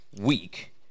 week